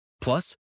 Plus